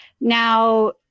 Now